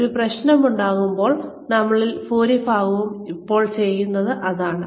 ഒരു പ്രശ്നം ഉണ്ടാകുമ്പോൾ നമ്മളിൽ ഭൂരിഭാഗവും ഇപ്പോൾ ചെയ്യുന്നത് അതാണ്